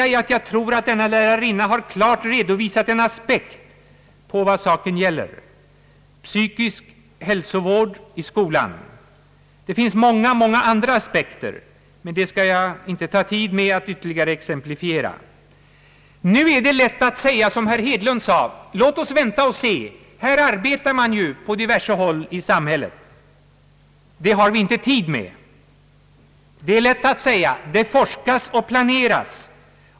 Med det citat jag redovisat har jag velat antydningsvis belysa en viktig sida av detta problemkomplex: den psykiska hälsovården i skolan. Det finns många andra aspekter. Jag skall inte uppta tiden med att ytterligare exemplifiera detta. Det är lätt att säga som herr Hedlund sade: Låt oss vänta och se! Här arbetar man ju på skilda håll i samhället! Det har vi inte tid med. Det är lätt att säga: Det forskas och planeras.